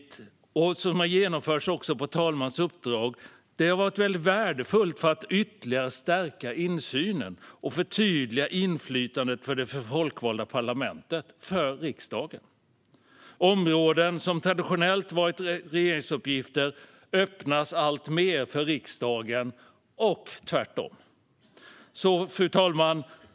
Det handlar om förändringar som har genomförts på talmannens uppdrag, och det har varit värdefullt för att ytterligare stärka insynen och förtydliga inflytandet för det folkvalda parlamentet - riksdagen. Områden som traditionellt har varit regeringsuppgifter öppnas alltmer för riksdagen och tvärtom. EU-arbetet i riksdagen Fru talman!